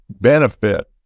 benefit